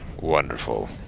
Wonderful